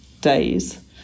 days